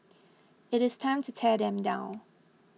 it's time to tear them down